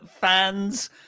fans